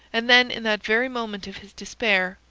and then in that very moment of his despair,